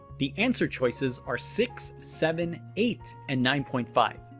the answer choices are six, seven, eight and nine point five.